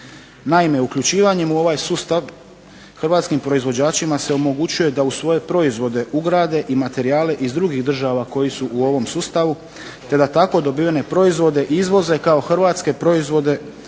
Naime, uključivanjem u ovaj sustav hrvatskim proizvođačima se omogućuje da u svoje proizvode ugrade i materijale iz drugih država koji su u ovom sustavu, te da tako dobivene proizvode izvoze kao hrvatske proizvode